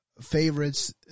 favorites